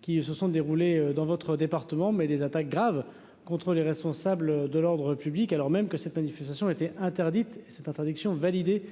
qui se sont déroulées dans votre département, mais des attaques graves contre les responsables de l'Ordre public alors même que cette manifestation était interdite cette interdiction validé